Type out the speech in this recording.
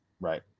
right